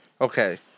Okay